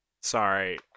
sorry